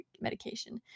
medication